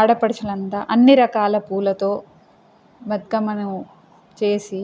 ఆడపడుచులంతా అన్ని రకాల పూలతో బతుకమ్మను చేసి